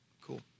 Cool